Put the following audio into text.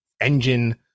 engine